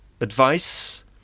advice